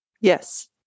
Yes